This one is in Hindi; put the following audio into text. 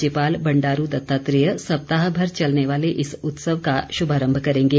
राज्यपाल बंडारू दत्तात्रेय सप्ताह भर चलने वाले इस उत्सव का शुभारम्म करेंगे